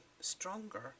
stronger